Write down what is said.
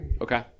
Okay